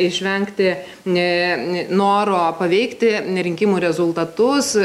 išvengti noro paveikti rinkimų rezultatus